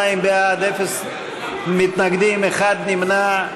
82 בעד, אפס מתנגדים, אחד נמנע.